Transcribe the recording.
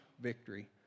victory